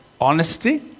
Honesty